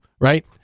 right